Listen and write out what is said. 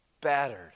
battered